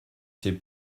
ces